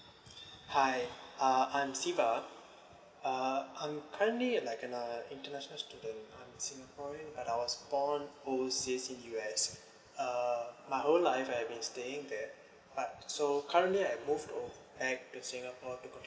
hi uh I'm siva err I'm currently like kinda international student I'm singaporean and I was born U_S uh my whole life I've been staying there but so currently I move to back to singapore to continue